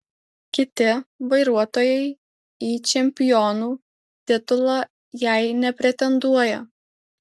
kiti vairuotojai į čempionų titulą jei nepretenduoja